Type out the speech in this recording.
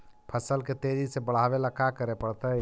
फसल के तेजी से बढ़ावेला का करे पड़तई?